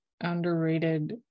underrated